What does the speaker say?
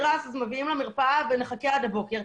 ואם חתול נדרס אז מביאים למרפאה ונחכה עד הבוקר.